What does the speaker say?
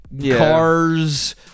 cars